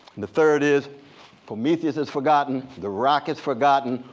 the third is prometheus is forgotten, the rock is forgotten,